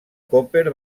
coper